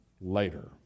later